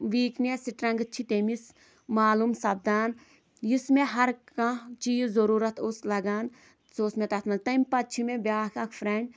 weakness strength چھِ تٔمِس معلوٗم سپدان یُس مےٚ ہر کانٛہہ چیٖز ضروٗرَت اوس لگان سُہ اوس مےٚ تَتھ منٛز تٔمۍ پَتہٕ چھِ مےٚ بیاکھ اَکھ فریٚنٛڈ